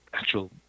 actual